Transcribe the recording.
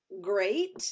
great